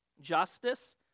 justice